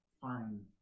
fine